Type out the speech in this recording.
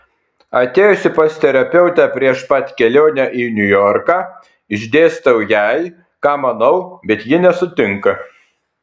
atėjusi pas terapeutę prieš pat kelionę į niujorką išdėstau jai ką manau bet ji nesutinka